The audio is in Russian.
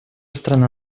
страна